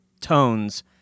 tones